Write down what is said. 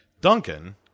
Duncan